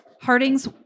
Harding's